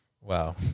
Wow